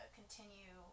continue